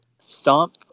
Stomp